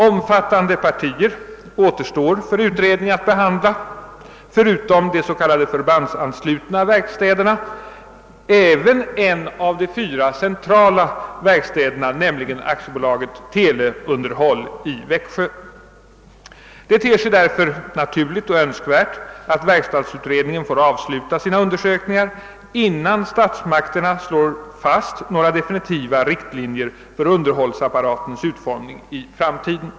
Omfattande avsnitt återstår för utredningen att behandla, förutom de s.k. förbandsanslutna verkstäderna också en av de fyra centrala verkstäderna, nämligen AB Teleunderhåll i Växjö. Det ter sig därför naturligt och önskvärt att verkstadsutredningen får avsluta sina undersökningar innan statsmakterna slår fast några definitiva riktlinjer för underhållsapparatens utformning i framtiden.